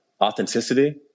authenticity